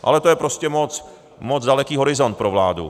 Ale to je prostě moc daleký horizont pro vládu.